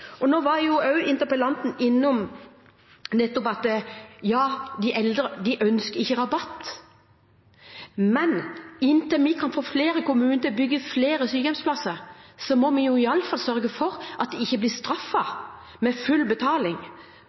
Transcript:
Nå var jo også interpellanten innom at de eldre ikke ønsker rabatt. Men inntil vi kan få flere kommuner til å bygge flere sykehjemsplasser, må vi iallfall sørge for at de ikke blir straffet med full betaling